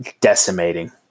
decimating